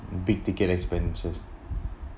big ticket expenditures